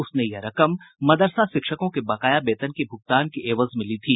उसने यह रकम मदरसा शिक्षकों के बकाया वेतन के भुगतान के एवज में ली थी